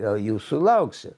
o jūsų lauksiu